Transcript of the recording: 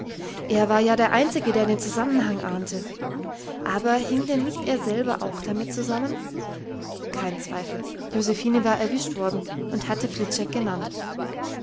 er war ja der einzige der den zusammenhang ahnte aber hing denn nicht er selber auch damit zusammen kein zweifel josephine war erwischt worden und hatte fliczek genannt